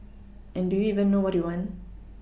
and do you even know what you want